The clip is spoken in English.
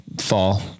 fall